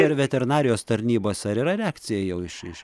ir veterinarijos tarnybos ar yra reakcija jau iš iš